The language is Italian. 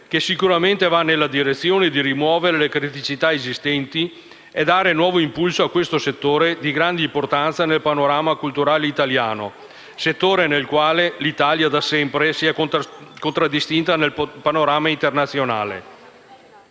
che sicuramente va nella direzione di rimuovere le criticità esistenti e dare nuovo impulso a questo settore di grande importanza nel panorama culturale italiano; settore nel quale l'Italia da sempre si è contraddistinta nel panorama internazionale.